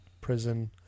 prison